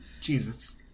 Jesus